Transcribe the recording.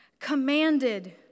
commanded